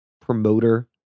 promoter